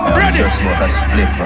ready